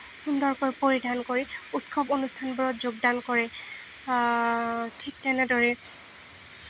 সুন্দৰকৈ পৰিধান কৰি উৎসৱ অনুষ্ঠানবোৰত যোগদান কৰে ঠিক তেনেদৰে